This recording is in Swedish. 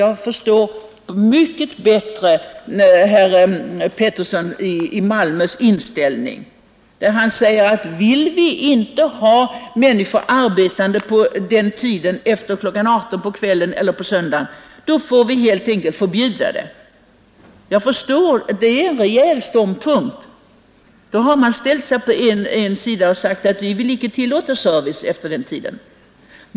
Då förstår jag mycket bättre herr Alf Petterssons i Malmö inställning, när han säger att om vi inte vill ha människor att arbeta efter kl. 18 eller på söndagarna, så får vi helt enkelt förbjuda det. Det är en rejäl ståndpunkt. Man har valt sida och säger: Vi vill inte tillåta service efter det klockslaget.